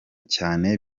cyane